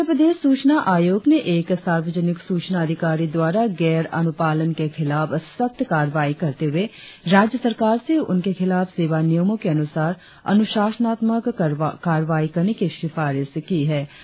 अरुणाचल प्रदेश सूचना आयोग ने एक सार्वजनिक सूचना अधिकारी द्वारा गैर अनुपालन के खिलाफ सख्त कार्रवाई करते हुए राज्य सरकार से उनके खिलाफ सेवा नियमों के अनुसार अनुशासनात्मक कार्रवाई करने की सिफारिश की है